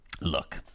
look